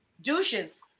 douches